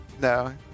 no